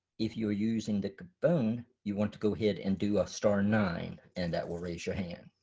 if you are using the phone, you want to go ahead and do a star nine and that will raise your hand.